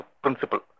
principle